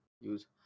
use